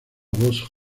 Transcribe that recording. boss